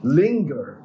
linger